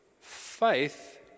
Faith